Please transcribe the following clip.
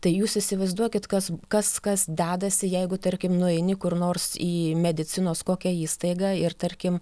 tai jūs įsivaizduokit kas kas kas dedasi jeigu tarkim nueini kur nors į medicinos kokią įstaigą ir tarkim